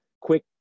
quick